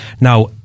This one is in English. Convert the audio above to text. Now